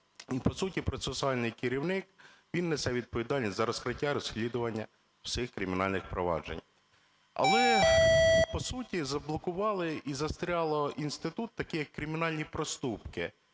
По суті процесуальний керівник, він несе відповідальність за розкриття, розслідування всіх кримінальних проваджень. Але по суті заблокували і застряг інститут такий, як кримінальні проступки.